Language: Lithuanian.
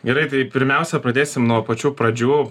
gerai tai pirmiausia pradėsim nuo pačių pradžių